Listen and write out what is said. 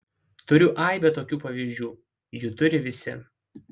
turiu aibę tokių pavyzdžių jų turi visi